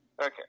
Okay